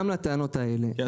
גם לטענות האלה,